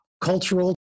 cultural